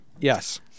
yes